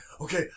okay